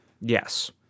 Yes